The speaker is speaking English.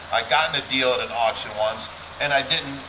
i'd gotten a deal at an auction once and i didn't.